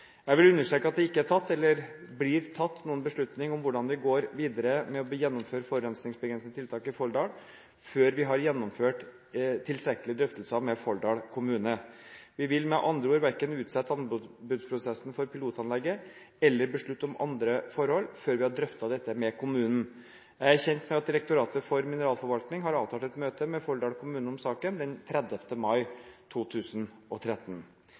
Jeg vil understreke at det ikke er tatt, eller blir tatt, noen beslutning om hvordan vi går videre med å gjennomføre forurensningsbegrensende tiltak i Folldal, før vi har gjennomført tilstrekkelige drøftelser med Folldal kommune. Vi vil med andre ord verken utsette anbudsprosessen for pilotanlegget eller beslutte om andre forhold før vi har drøftet dette med kommunen. Jeg er kjent med at Direktoratet for mineralforvaltning har avtalt et møte med Folldal kommune om saken den 30. mai 2013.